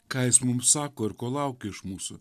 ką jis mums sako ir ko laukia iš mūsų